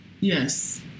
Yes